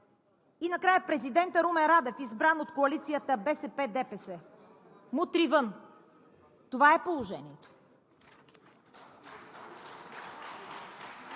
И накрая президентът Румен Радев, избран от коалицията БСП – ДПС: „Мутри, вън!“ Това е положението.